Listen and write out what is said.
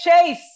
Chase